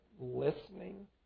listening